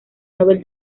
nobel